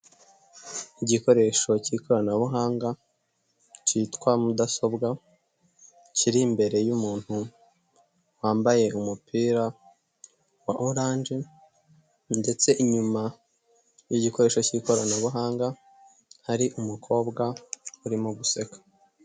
Igikoresho cyikoranabuhanga cyitwa mudasobwa, kiri imbere y'umuntu, wambaye umupira wa oranje ndetse inyuma y'igikoresho cy'ikoranabuhanga, hari umukobwa urimo guseka.